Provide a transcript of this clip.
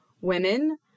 women